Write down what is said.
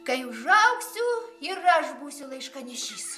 kai užaugsiu ir aš būsiu laiškanešys